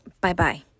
Bye-bye